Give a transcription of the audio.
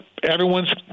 everyone's